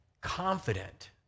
confident